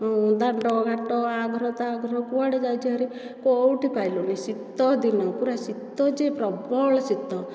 ଦାଣ୍ଡ ଘାଟ ଆ ଘର ତା ଘର କୁଆଡ଼େ ଯାଇଛି ହରି କୋଉଠି ପାଇଲୁନି ଶୀତଦିନ ପୁରା ଶୀତ ଯେ ପ୍ରବଳ ଶୀତ